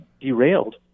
derailed